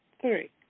three